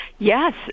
Yes